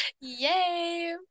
Yay